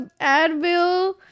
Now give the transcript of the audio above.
Advil